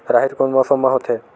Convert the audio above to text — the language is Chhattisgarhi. राहेर कोन मौसम मा होथे?